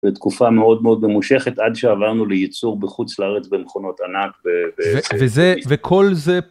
ותקופה מאוד מאוד במושכת עד שעברנו לייצור בחוץ לארץ במכונות ענק ו... וזה... וכל זה...